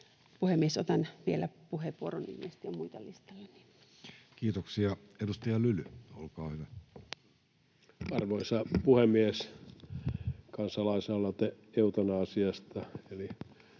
Puhemies, otan vielä puheenvuoron. Ilmeisesti on muita listalla. Kiitoksia. — Edustaja Lyly, olkaa hyvä. Arvoisa puhemies! Kansalaisaloite eutanasiasta